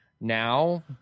now